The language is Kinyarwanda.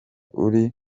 uri